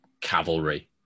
cavalry